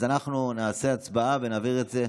אז אנחנו נעשה הצבעה ונעביר את זה,